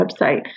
website